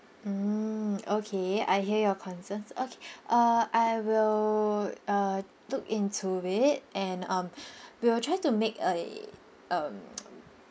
mm okay I hear your concerns okay uh I will uh look into it and um we will try to make a um